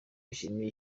yishimiye